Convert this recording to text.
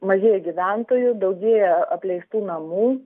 mažėja gyventojų daugėja apleistų namų